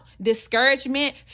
discouragement